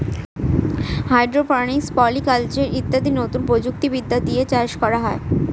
hydroponics, polyculture ইত্যাদি নতুন প্রযুক্তি বিদ্যা দিয়ে চাষ করা হয়